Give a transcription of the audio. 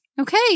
Okay